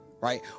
right